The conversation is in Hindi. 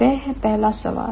वह है पहला सवाल